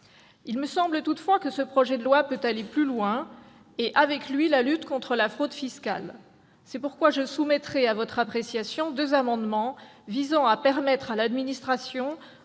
Il me semble toutefois que ce projet de loi peut aller plus loin et, avec lui, la lutte contre la fraude fiscale. C'est pourquoi je soumettrai à votre appréciation deux amendements visant à aider l'administration